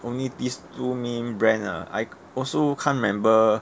only these two main brand ah I also can't remember